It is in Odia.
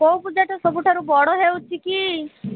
କେଉଁ ପୂଜା ଟା ସବୁଠାରୁ ବଡ଼ ହେଉଛି କି